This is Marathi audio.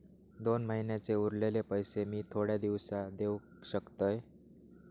दोन महिन्यांचे उरलेले पैशे मी थोड्या दिवसा देव शकतय?